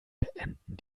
beenden